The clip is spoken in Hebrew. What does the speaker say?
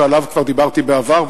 שעליו כבר דיברתי בעבר,